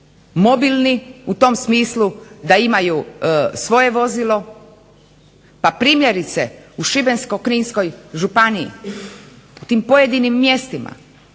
mobilni u tom smislu da imaju svoje vozilo. Pa primjerice u Šibensko-kninskoj županiji, u tim pojedinim mjestima